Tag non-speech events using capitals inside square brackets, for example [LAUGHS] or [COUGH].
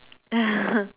[LAUGHS]